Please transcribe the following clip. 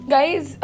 Guys